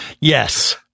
Yes